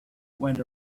went